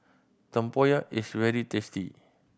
tempoyak is very tasty